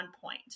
point